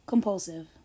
compulsive